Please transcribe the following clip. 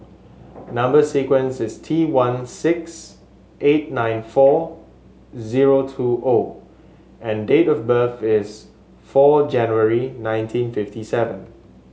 number sequence is T one six eight nine four zero two O and date of birth is four January nineteen fifteen seven